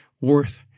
worth